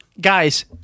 Guys